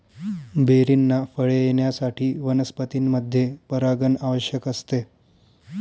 बेरींना फळे येण्यासाठी वनस्पतींमध्ये परागण आवश्यक असते